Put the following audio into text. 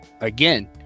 again